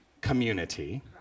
community